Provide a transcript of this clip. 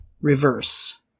reverse